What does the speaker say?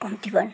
कम्ती भयो